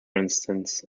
instance